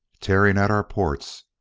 tearing at our ports!